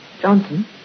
Johnson